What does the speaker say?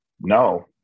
no